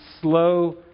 slow